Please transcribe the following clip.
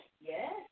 Yes